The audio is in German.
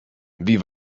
wie